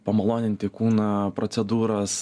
pamaloninti kūną procedūros